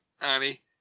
Annie